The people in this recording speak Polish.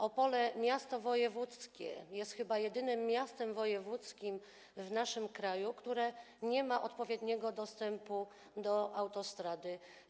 Opole, miasto wojewódzkie, jest chyba jedynym miastem wojewódzkim w naszym kraju, które nie ma odpowiedniego dostępu do autostrady.